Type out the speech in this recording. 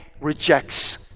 rejects